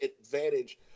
advantage